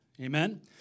Amen